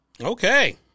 Okay